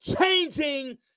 Changing